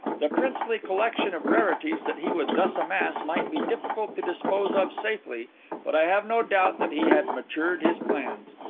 the princely collection of rarities that he would thus amass might be difficult to dispose of safely but i have no doubt that he had matured his plans.